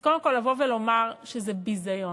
אז קודם כול, לבוא ולומר שזה ביזיון.